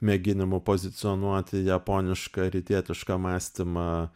mėginimu pozicionuoti japonišką rytietišką mąstymą